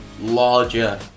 larger